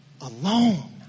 alone